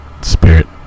Spirit